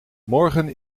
morgen